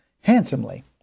handsomely